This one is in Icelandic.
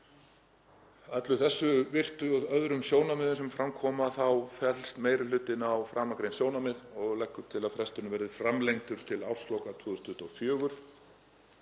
Að þessu virtu og öðrum sjónarmiðum sem fram komu fellst meiri hlutinn á framangreind sjónarmið og leggur til að fresturinn verði framlengdur til ársloka 2024.